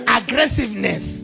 aggressiveness